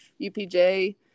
UPJ